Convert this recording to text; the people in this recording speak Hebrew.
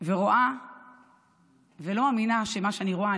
ולא מאמינה למה שאני רואה.